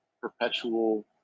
Perpetual